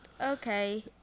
Okay